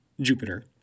Jupiter